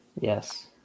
Yes